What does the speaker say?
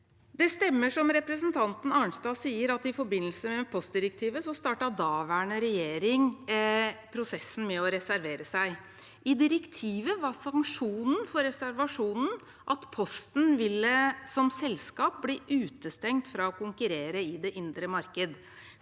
Det stemmer, som representanten Arnstad sier, at daværende regjering i forbindelse med postdirektivet startet prosessen med å reservere seg. I direktivet var sanksjonen for reservasjonen at Posten som selskap ville bli utestengt fra å konkurrere i det indre marked.